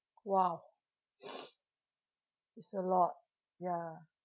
!wow! that's a lot ya